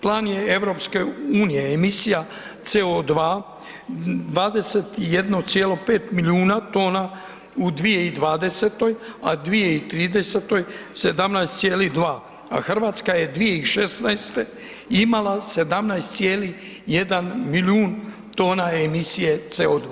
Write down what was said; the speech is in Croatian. Plan je EU emisija CO2 21,5 milijuna tona u 2020., a 2030. 17,2, a Hrvatska je 2016. imala 17,1 milijun tona emisije CO2.